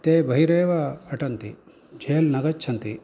ते बहिरेव अटन्ति जैल् न गच्छन्ति